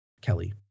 Kelly